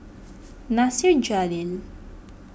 Nasir Jalil